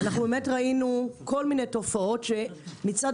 אנחנו באמת ראינו כל מיני תופעות שמצד